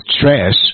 trash